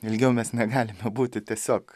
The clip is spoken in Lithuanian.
ilgiau mes negalime būti tiesiog